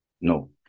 No